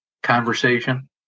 conversation